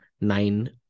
nine